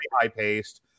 High-paced